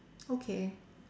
okay